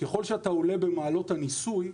שככל שאתה עולה במעלות הניסוי,